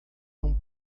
não